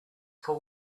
for